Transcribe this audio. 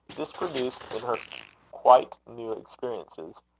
this produced in her quite new experiences.